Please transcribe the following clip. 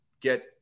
get